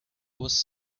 was